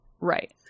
Right